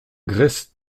graisse